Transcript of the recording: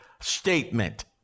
statement